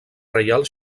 reial